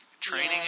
Training